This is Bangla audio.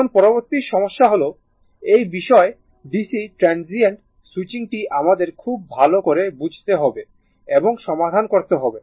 এখন পরবর্তী সমস্যা হল এই বিশেষ DC ট্রানসিয়েন্ট স্যুইচিংটি আমাদের খুব ভালো করে বুঝতে হবে এবং সমাধান করতে হবে